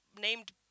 named